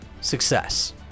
success